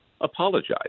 apologize